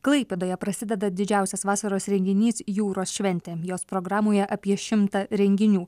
klaipėdoje prasideda didžiausias vasaros renginys jūros šventė jos programoje apie šimtą renginių